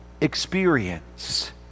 experience